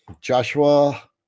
Joshua